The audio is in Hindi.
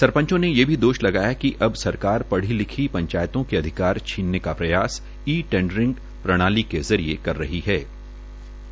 सरपंचों ने ये भी दोष लगाया कि अब सरकार पढ़ी लिखी पंचायतों के आधार छीनने का प्रयास ई टेंडरिंग प्रणाली के जरिये कर रही हे